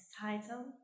title